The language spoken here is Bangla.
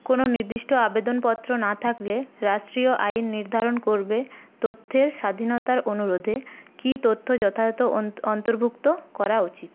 কোনও নির্দিষ্ট আবেদনপত্র না থাকলে রাষ্ট্রীয় আইন নির্ধারণ করবে তথ্যের স্বাধীনতার অনুরোধে কি তথ্য যথাযথ অন্তর্ভুক্ত করা উচিত